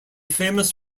famous